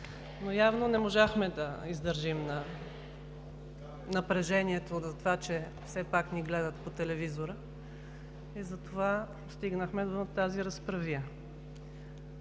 Явно не можахме да издържим на напрежението, че все пак ни гледат по телевизора и затова стигнахме до тази разправия.